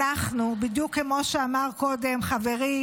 אנחנו, בדיוק כמו שאמר קודם חברי